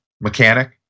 mechanic